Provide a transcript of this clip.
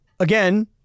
again